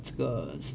这个